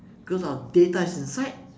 cause our data is inside